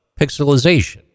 pixelization